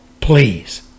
please